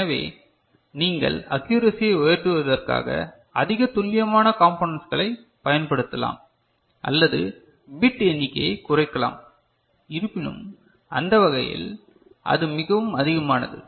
எனவே நீங்கள் அக்குரசியை உயர்த்துவதற்காக அதிக துல்லியமான கம்போநண்ட்ஸ்களை பயன்படுத்தலாம் அல்லது பிட்எண்ணிக்கையை குறைக்கலாம் இருப்பினும் அந்தவகையில் அது மிகவும் அதிகமானது